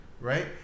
Right